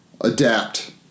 adapt